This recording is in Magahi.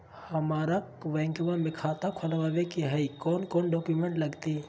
हमरा बैंकवा मे खाता खोलाबे के हई कौन कौन डॉक्यूमेंटवा लगती?